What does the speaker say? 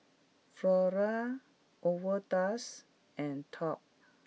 Flora Overdose and Top